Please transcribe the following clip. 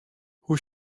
hoe